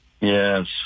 yes